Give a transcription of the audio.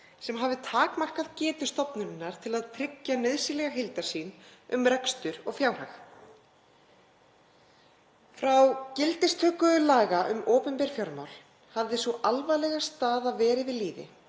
sem hafi takmarkað getu stofnunarinnar til að tryggja nauðsynlega heildarsýn um rekstur og fjárhag. Frá gildistöku laga um opinber fjármál hafði sú alvarlega staða verið við lýði